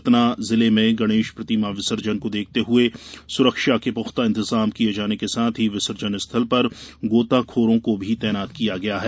सतना जिले में गणेश प्रतिमा विसर्जन को देखते हए सुरक्षा के पर्याप्त इंतजाम किये जाने के साथ ही विसर्जन स्थल पर गोताखोरों को भी तैनात किया गया है